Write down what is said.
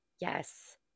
Yes